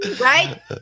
right